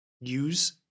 Use